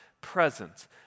presence